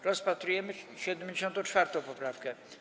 Rozpatrujemy 74. poprawkę.